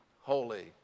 holy